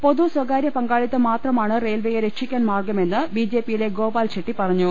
പൊതു സ്വകാരൃ പങ്കാളിത്തം മാത്രമാണ് റെയിൽവെയെ രക്ഷി ക്കാൻ മാർഗ്ഗമെന്ന് ബിജെപിയിലെ ഗോപാൽഷെട്ടി പറഞ്ഞു